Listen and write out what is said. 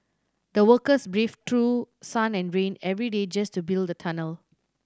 the workers braved through sun and rain every day just to build the tunnel